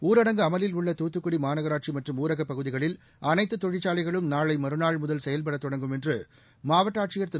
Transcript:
ஊரடங்கு அமலில் உள்ள தூத்துக்குடி மாநகராட்சி மற்றும் ஊரகப் பகுதிகளில் அனைத்து தொழிற்சாலைகளும் நாளை மறுநாள் முதல் செயல்படுத்த தொடங்கும் என்று மாவட்ட ஆட்சியர் திரு